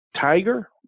Tiger